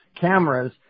cameras